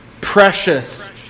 Precious